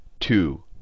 two